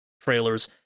trailers